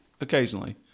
Occasionally